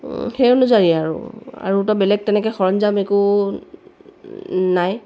সেই অনুযায়ী আৰু আৰুতো বেলেগ তেনেকৈ সৰঞ্জাম একো নাই